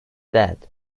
dead